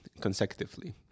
consecutively